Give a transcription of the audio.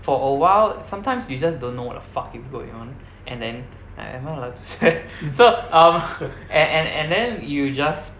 for a while sometimes you just don't know what the fuck is going on and then am I allowed to swear so um and and and then you just